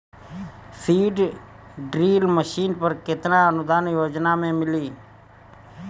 Seed drill machine पर केतना अनुदान योजना में मिली?